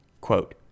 Quote